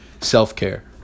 self-care